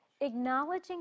acknowledging